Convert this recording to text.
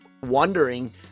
wondering